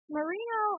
Marino